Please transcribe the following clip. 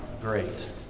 great